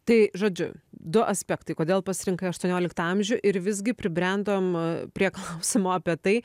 tai žodžiu du aspektai kodėl pasirinkai aštuonioliktą amžių ir visgi pribrendom prie klausimo apie tai